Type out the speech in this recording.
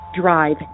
drive